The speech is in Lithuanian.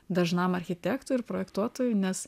dažnam architektui ir projektuotojui nes